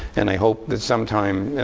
and i hope that sometime,